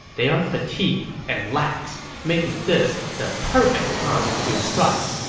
they are fatigued and lax, making this the perfect time to strike.